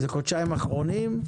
זה חודשיים אחרונים.